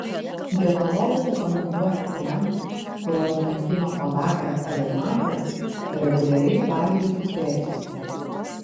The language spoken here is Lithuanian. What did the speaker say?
dietologai rekomenduoja tiems kuriuos kankina podagra ar reumatas reguliariai valgyti persikus